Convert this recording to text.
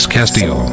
Castillo